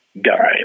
guy